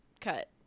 cut